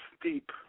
deep